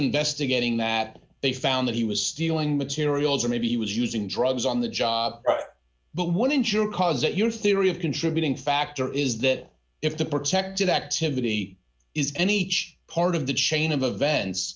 investigating that they found that he was stealing materials or maybe he was using drugs on the job but one insurer cause that your theory of contributing factor is that if the protected activity is any part of the chain of events